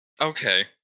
Okay